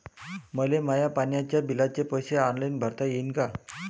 मले माया पाण्याच्या बिलाचे पैसे ऑनलाईन भरता येईन का?